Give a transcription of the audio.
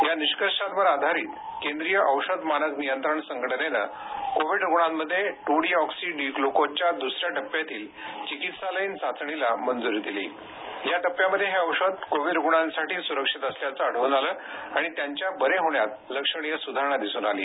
या निष्कर्षांवर आधारित केंद्रीय औषध मानक नियंत्रण संघटनेनं कोविड रुग्णांमध्ये ट्र डीऑक्सी डी ग्लुकोजच्या दुसऱ्या टप्प्यातील चिकित्सालयीन चाचणीला मंजुरी दिली या टप्प्यामध्ये हे औषध कोविड रुग्णांसाठी सुरक्षित असल्याचं आढळून आलं आणि त्यांच्या बरे होण्यात लक्षणीय सुधारणा दिसून आली